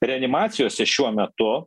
reanimacijose šiuo metu